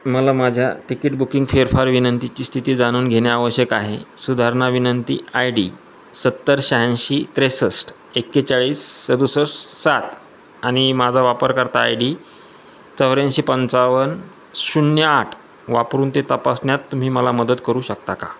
मला माझ्या तिकीट बुकिंग फेरफार विनंतीची स्थिती जाणून घेणे आवश्यक आहे सुधारणा विनंती आय डी सत्तर शहाऐंशी त्रेसष्ट एक्केचाळीस सदुसष्ट सात आणि माझा वापरकर्ता आय डी चौऱ्याऐंशी पंचावन्न शून्य आठ वापरून ते तपासण्यात तुम्ही मला मदत करू शकता का